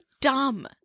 dumb